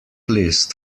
list